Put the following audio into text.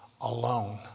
alone